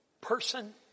person